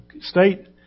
state